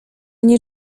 nie